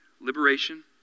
liberation